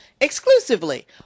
exclusively